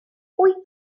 wyt